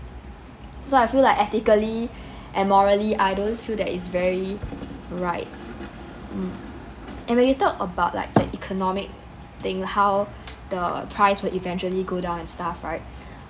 so I feel like ethically and morally I don't feel that is very right mm and when we talk about like the economic thing how the price will eventually go down and stuff right